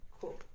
Cool